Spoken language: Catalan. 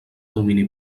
domini